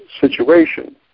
situation